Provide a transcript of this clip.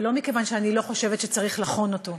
ולא מכיוון שאני לא חושבת שצריך לחון אותו,